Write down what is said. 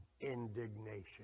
indignation